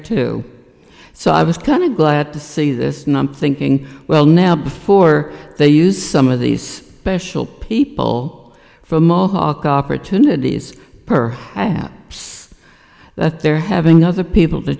too so i was kind of glad to see this numb thinking well now before they use some of these special people for mohawk opportunities per i have that they're having other people to